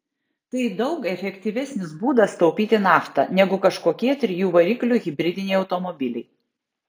tai daug efektyvesnis būdas taupyti naftą negu kažkokie trijų variklių hibridiniai automobiliai